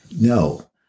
No